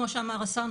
כמו שאמר השר,